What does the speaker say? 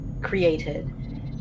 created